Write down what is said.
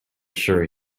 sure